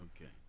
Okay